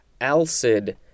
alcid